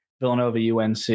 Villanova-UNC